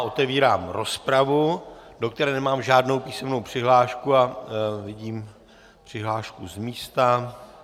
Otevírám rozpravu, do které nemám žádnou písemnou přihlášku, ale vidím přihlášku z místa.